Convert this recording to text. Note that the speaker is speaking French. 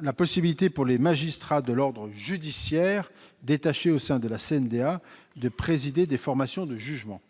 la possibilité, pour les magistrats de l'ordre judiciaire détachés à la CNDA, de présider des formations de jugement.